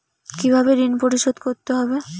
কিভাবে ঋণ পরিশোধ করতে হবে?